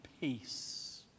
peace